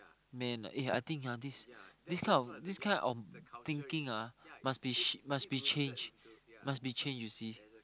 man ya this kind of this kind of thinking ah must be ch~ changed must be changed you see